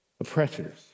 Oppressors